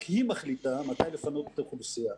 היא מחליטה מתי לפנות את האוכלוסייה.